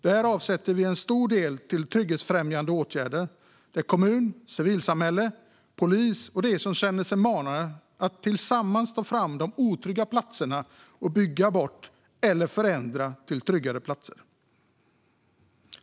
Där avsätter vi en stor del till trygghetsfrämjande åtgärder, där kommun, civilsamhälle, polis och de som känner sig manade tillsammans kan ta fram de otrygga platserna och bygga bort dem eller förändra dem till tryggare platser.